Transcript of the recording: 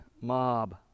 mob